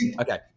okay